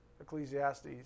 Ecclesiastes